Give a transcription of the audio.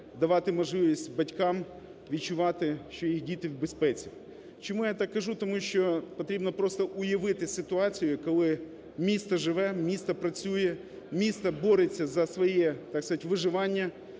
давати можливість батькам відчувати, що їх діти в безпеці. Чому я так кажу? Тому що потрібно просто уявити ситуацію, коли місто живе, місто працює, місто бореться за своє, так сказать, виживання.